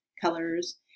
colors